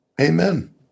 amen